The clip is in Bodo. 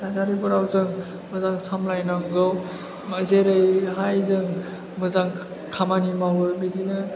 थासारिफोराव जों मोजां सामलायनांगौ जेरै हाय जों मोजां खामानि मावो बिदिनो